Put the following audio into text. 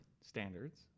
standards